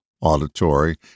auditory